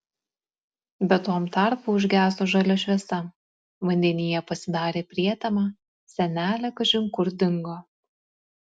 bet tuom tarpu užgeso žalia šviesa vandenyje pasidarė prietema senelė kažin kur dingo